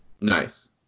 Nice